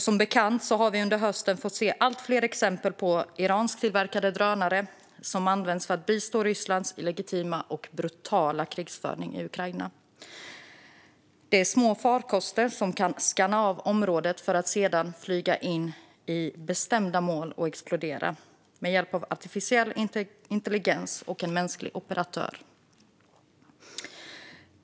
Som bekant har vi under hösten fått se allt fler exempel på iransktillverkade drönare som används för att bistå Rysslands illegitima och brutala krigföring i Ukraina. Det är små farkoster som kan skanna av området för att sedan flyga in i bestämda mål och explodera med hjälp av artificiell intelligens och en mänsklig operatör.